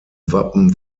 wappen